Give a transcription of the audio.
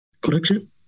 correction